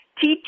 teach